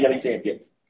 champions